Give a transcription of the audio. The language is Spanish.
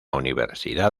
universidad